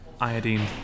iodine